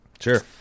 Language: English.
Sure